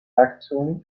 actually